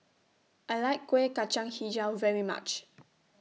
I like Kuih Kacang Hijau very much